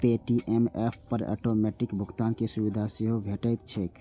Paytm app पर automatic भुगतान के सुविधा सेहो भेटैत छैक